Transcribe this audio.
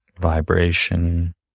vibration